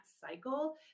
cycle